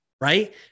right